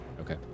okay